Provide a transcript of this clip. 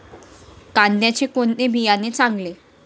कांद्याचे कोणते बियाणे चांगले?